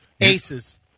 Aces